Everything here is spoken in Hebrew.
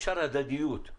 אפשר הדדיות.